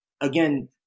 again